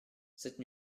cette